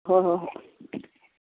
ꯍꯣꯏ ꯍꯣꯏ ꯍꯣꯏ